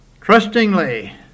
Trustingly